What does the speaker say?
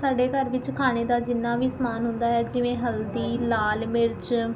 ਸਾਡੇ ਘਰ ਵਿੱਚ ਖਾਣੇ ਦਾ ਜਿੰਨਾਂ ਵੀ ਸਮਾਨ ਹੁੰਦਾ ਹੈ ਜਿਵੇਂ ਹਲਦੀ ਲਾਲ ਮਿਰਚ